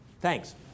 Thanks